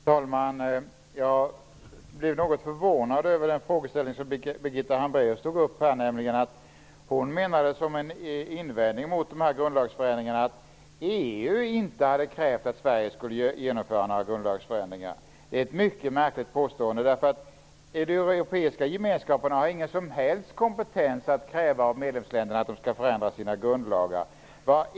Herr talman! Jag blev något förvånad över Birgitta Hambraeus frågeställning. Hennes invändning mot grundlagsförändringarna var att EU inte hade krävt att Sverige skulle genomföra några grundlagsförändringar. Detta är ett mycket märkligt påstående, eftersom Europeiska gemenskapen inte har någon som helst kompetens att kräva av medlemsländerna att de skall förändra sina grundlagar.